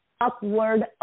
upward